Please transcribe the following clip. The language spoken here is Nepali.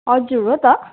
हजुर हो त